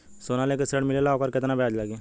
सोना लेके ऋण मिलेला वोकर केतना ब्याज लागी?